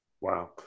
wow